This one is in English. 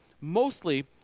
mostly